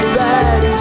back